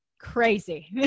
crazy